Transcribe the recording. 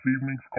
evening's